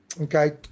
okay